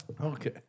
Okay